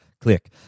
click